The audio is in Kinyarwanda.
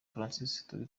francis